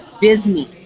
Disney